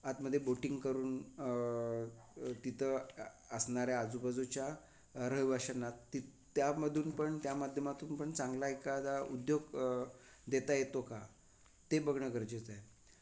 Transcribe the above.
आतमध्ये बोटींग करून तिथं असणाऱ्या आजूबाजूच्या रहिवाशांना ती त्यामधून पण त्या माध्यमातून पण चांगला एखादा उद्योग देता येतो का ते बघणं गरजेचं आहे